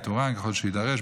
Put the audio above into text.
איתורן ככל שיידרש,